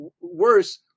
worse